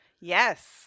Yes